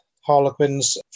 Harlequins